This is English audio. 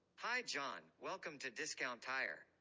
hi, john. welcome to discount tire.